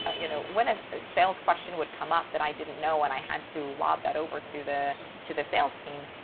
ah you know, when a sales question would come up that i didn't know and i had to lob that over to the to the sales team.